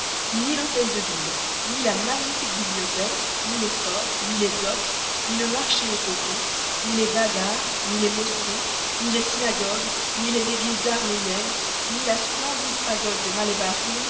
ni l'hôtel de ville ni la magnifique bibliothèque ni les forts ni les docks ni le marché au coton ni les bazars ni les mosquées ni les synagogues ni les églises arméniennes ni la splendide pagode de